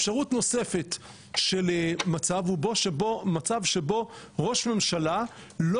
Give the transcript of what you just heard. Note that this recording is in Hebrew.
אפשרות נוספת של מצב שבו מצב שבו ראש ממשלה לא